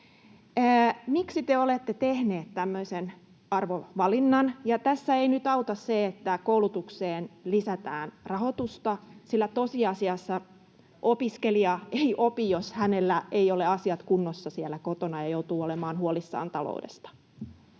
Miksi te olette tehneet tämmöisen arvovalinnan? Ja tässä ei nyt auta se, että koulutukseen lisätään rahoitusta, sillä tosiasiassa opiskelija ei opi, jos hänellä ei ole asiat kunnossa siellä kotona ja joutuu olemaan huolissaan taloudesta.